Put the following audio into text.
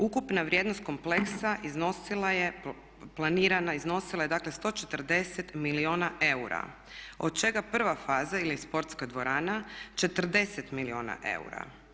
Ukupna vrijednost kompleksa iznosila je, planirana iznosila je dakle 140 milijuna eura od čega prva faza ili sportska dvorana 40 milijuna eura.